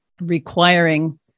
requiring